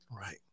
right